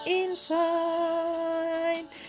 inside